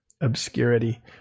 obscurity